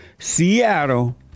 Seattle